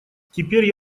теперь